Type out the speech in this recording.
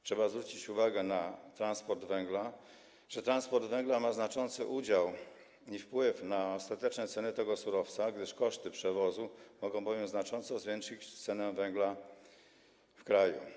Trzeba zwrócić uwagę na transport węgla, czy transport węgla ma znaczący udział i wpływ na ostateczne ceny tego surowca, koszty przewozu mogą bowiem znacząco zwiększyć cenę węgla w kraju.